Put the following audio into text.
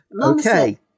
Okay